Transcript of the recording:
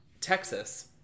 texas